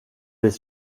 des